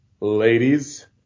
ladies